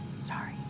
Sorry